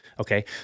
Okay